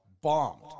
bombed